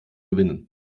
gewinnen